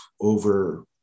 over